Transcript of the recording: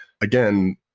Again